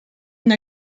une